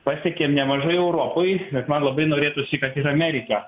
pasiekėm nemažai europoje bet man labai norėtųsi kad ir amerika